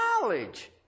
knowledge